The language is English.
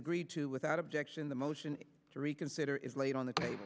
agreed to without objection the motion to reconsider is laid on the